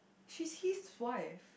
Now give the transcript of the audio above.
she's his wife